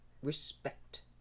respect